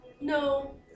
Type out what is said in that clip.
No